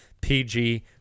PG